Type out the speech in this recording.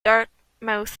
dartmouth